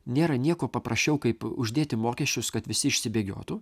nėra nieko paprasčiau kaip uždėti mokesčius kad visi išsibėgiotų